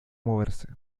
moverse